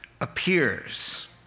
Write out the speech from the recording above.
appears